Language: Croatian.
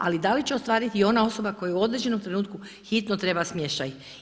Ali da će ostvariti ona osoba koja u određenom trenutku hitno treba smještaj?